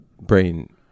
brain